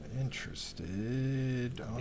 interested